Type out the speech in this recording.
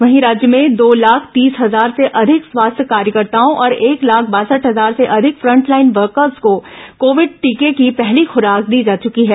वहीं राज्य में दो लाख तीस हजार से अधिक स्वास्थ्य कार्यकर्ताओं और एक लाख बासठ हजार से अधिक फ्रंटलाइन वर्कर्स को कोविड टीके की पहली खुराक दी जा चुकी है